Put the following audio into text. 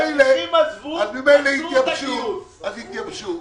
אז התייבשו.